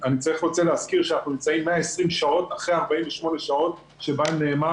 אני רוצה להזכיר שאנחנו נמצאים 120 שעות אחרי 48 שעות שבהן נאמר